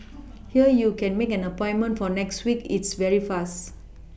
here you can make an appointment for next week it's very fast